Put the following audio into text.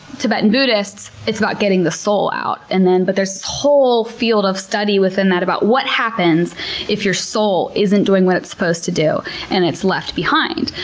tibetan buddhists, it's about getting the soul out. and but there's this whole field of study within that about what happens if your soul isn't doing what it's supposed to do and it's left behind.